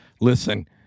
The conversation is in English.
Listen